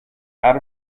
out